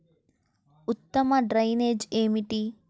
ఉత్తమ డ్రైనేజ్ ఏమిటి?